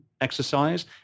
exercise